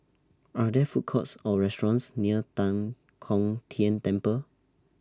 Are There Food Courts Or restaurants near Tan Kong Tian Temple